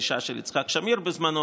פרישה של יצחק שמיר בזמנו,